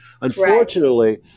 unfortunately